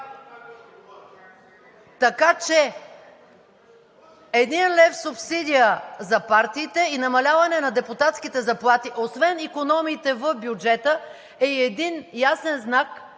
Така че 1 лв. субсидия за партиите и намаляване на депутатските заплати, освен икономиите в бюджета, е и един ясен знак